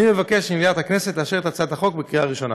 אני מבקש ממליאת הכנסת לאשר את הצעת החוק בקריאה ראשונה.